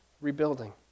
rebuilding